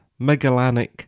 megalanic